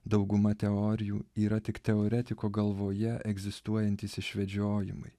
dauguma teorijų yra tik teoretiko galvoje egzistuojantys išvedžiojimai